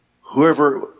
whoever